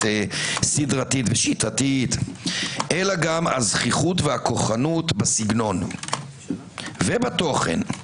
סדרתית ושיטתית אלא גם הזחיחות והכוחנות בסגנון ובתוכן.